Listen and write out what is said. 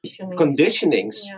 conditionings